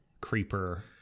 creeper